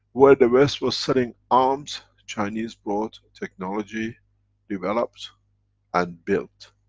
where the west was selling arms, chinese brought technology developed and built.